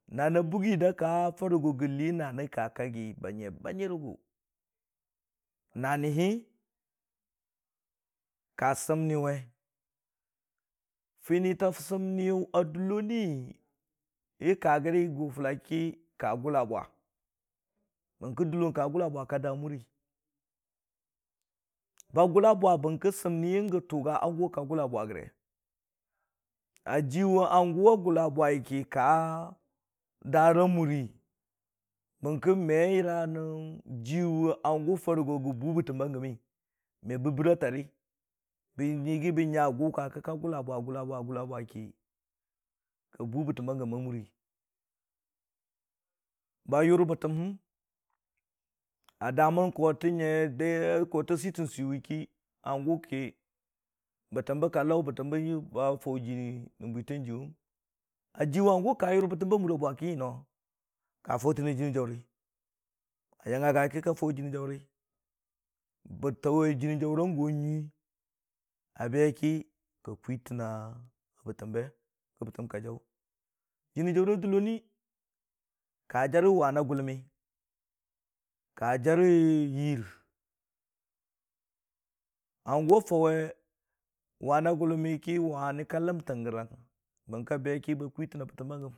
Nanaa bwugi da bə faʊ bə lii naani ka kaggi ba nyə banyərəgʊ, nani hə ka sɨmni we, fini ta sɨmme a dəllonni, gʊ fʊlla ki ka gʊlla bwa, bəng kə dəllon ka gʊlla bwa ka daa muri, bə gʊlla bwa bən kə sɨmni gə tʊ ngo hangʊ ka gʊlla bwa gəri, ajiiwe hangʊ a gʊlla bwai ki ka dara muri, me nyəra wʊ hangʊ farə go gʊ bʊʊ bəhamba gʊm wi. me bə bʊʊra tari bə yɨggi gʊ ba gʊlla bwa gulla bwa gulla bwa ki ba bʊʊ bətam ba gəm a muri. Ba yʊr bəttam həm, a damən koofə nyə kootə sʊtən sʊwi ki, bəttan be ka lau bə ba fau jɨnii jaʊri rə bwitang jɨyʊwi. Ajiwe a dəg bəttam ba mura bwaki no ka fautənne jɨnni jauri, a yangnga ga ki ka fau jɨnni jaʊri, bə tuwe jɨnni jaʊrang gʊ a nyui, abeki. Ka kwitana bə hambe, ki bətam ka jaʊ. Jɨnni jaurra a dəlloni, ka jarə wani a gʊlomi, ka jarə ngir. Hangʊ a faʊwi wani gʊlomi ki wani ka ləmtən gərəng berki ba kwuitan a bitəm gəm.